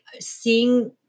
seeing—